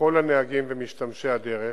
לכל הנהגים ומשתמשי הדרך: